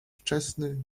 wczesny